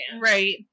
Right